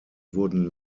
wurden